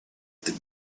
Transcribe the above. that